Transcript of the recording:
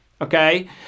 Okay